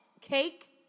Cake